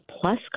plus